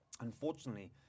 unfortunately